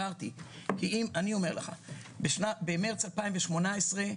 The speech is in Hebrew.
במארס 2018,